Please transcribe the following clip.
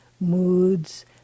moods